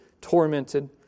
tormented